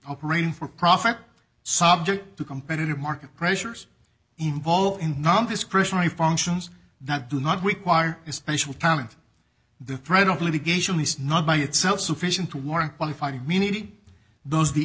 operate in for profit subject to competitive market pressures involved in non discretionary functions that do not require a special talent the threat of litigation is not by itself sufficient to warrant qualified immunity those the